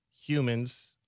humans